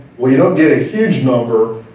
we don't get a huge number,